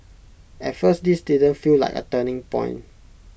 at first this didn't feel like A turning point